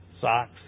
Socks